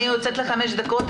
אני יוצאת לחמש דקות.